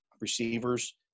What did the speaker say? receivers